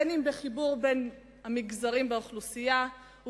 בין אם בחיבור בין מגזרים באוכלוסייה,